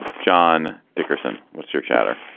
john dickerson what's your chatter